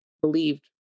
believed